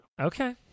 Okay